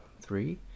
Three